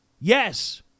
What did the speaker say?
Yes